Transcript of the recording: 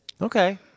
Okay